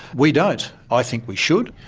we don't. i think we should.